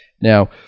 Now